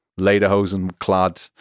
lederhosen-clad